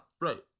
right